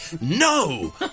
no